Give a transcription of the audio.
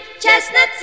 chestnuts